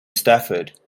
stafford